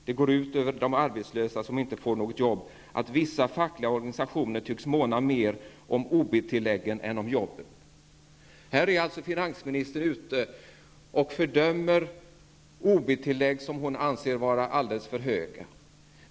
Det går ut över de arbetslösa som inte får något jobb att vissa fackliga organisationer tycks måna mer om OB-tilläggen än om jobben.” I detta sammanhang är finansministern alltså ute och fördömer OB-tilllägg, som hon anser vara alldelels för höga.